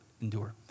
endure